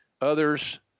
others